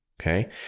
Okay